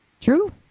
True